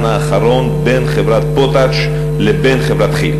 האחרון בין חברת "פוטאש" לבין חברת כי"ל?